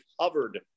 hovered